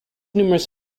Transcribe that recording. numerous